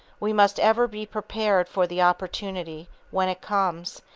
we must ever be prepared for the opportunity when it comes,